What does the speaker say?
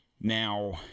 Now